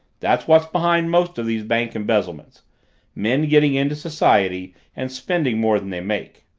that's what's behind most of these bank embezzlements men getting into society and spending more than they make.